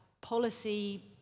policy